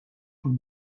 کنید